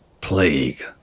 plague